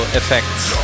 effects